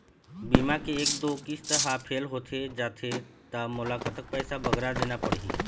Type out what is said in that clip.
बीमा के एक दो किस्त हा फेल होथे जा थे ता मोला कतक पैसा बगरा देना पड़ही ही?